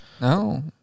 No